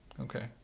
Okay